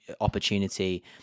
opportunity